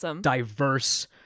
diverse